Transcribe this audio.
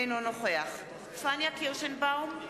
אינו נוכח פניה קירשנבאום,